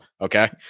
Okay